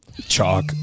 Chalk